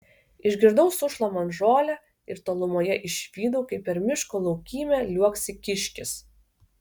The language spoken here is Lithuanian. išgirdau sušlamant žolę ir tolumoje išvydau kaip per miško laukymę liuoksi kiškis